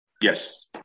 Yes